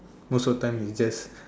most of time is just